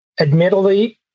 Admittedly